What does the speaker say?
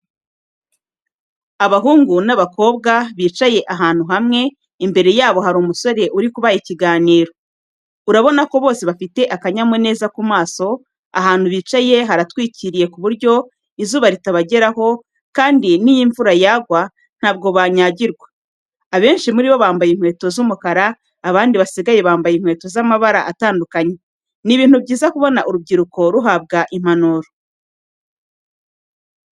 Abahungu n'abakobwa bicaye ahantu hamwe, imbere yabo hari umusore uri kubaha ikiganiro. Urabonako bose bafite akanyamuneza ku maso, ahantu bicaye haratwikiriye ku buryo izuba ritabageraho kandi niyo imvura yagwa ntago banyagirwa. Abenshi muri bo bambaye inkweto z'umukara abandi basigaye bambaye inkweto z'amabara atandukanye. Ni ibintu byiza kubona urubyiruko ruhabwa impanuro.